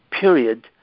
period